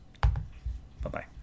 bye-bye